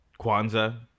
Kwanzaa